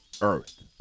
earth